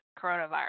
coronavirus